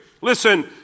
Listen